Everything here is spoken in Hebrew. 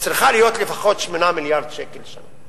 צריכה להיות לפחות 8 מיליארד שקלים.